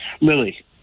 lily